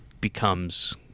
becomes –